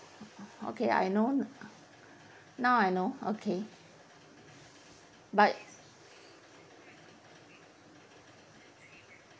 okay lah I know wan~ now I know okay but